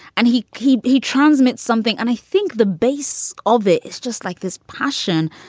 and he keep he transmits something. and i think the base of it is just like this passion.